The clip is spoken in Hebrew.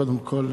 קודם כול,